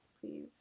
Please